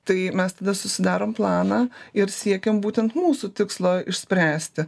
tai mes tada susidarom planą ir siekėm būtent mūsų tikslo išspręsti